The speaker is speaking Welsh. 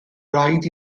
raid